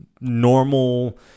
normal